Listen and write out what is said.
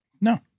No